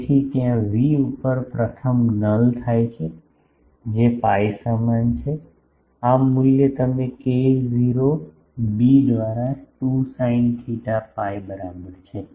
તેથી ત્યાં વી ઉપર પ્રથમ નલ થાય છે જે પાઇ સમાન છે આ મૂલ્ય તમે k0 બી દ્વારા 2 સાઈન થેટા pi બરાબર છે